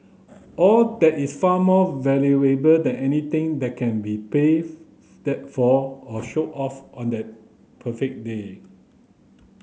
all that is far more valuable than anything that can be paid for or shown off on that perfect day